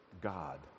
God